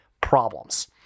problems